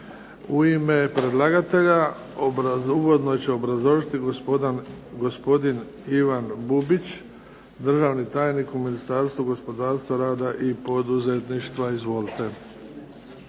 U ime predlagatelja uvodno će obrazložiti gospodin Ivan Bubić, državni tajnik u Ministarstvu gospodarstva, rada i poduzetništva. Izvolite.